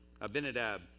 Abinadab